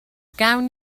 gawn